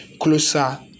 closer